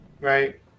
right